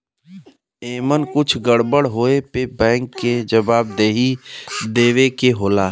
एमन कुछ गड़बड़ होए पे बैंक के जवाबदेही देवे के होला